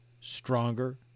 stronger